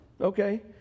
okay